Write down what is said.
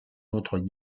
notre